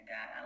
God